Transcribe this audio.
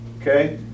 okay